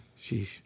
Sheesh